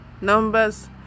Numbers